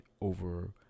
over